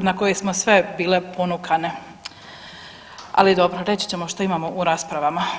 na koje smo sve bile ponukane, ali dobro reći ćemo što imamo u raspravama.